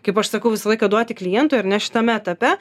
kaip aš sakau visą laiką duoti klientui ar ne šitame etape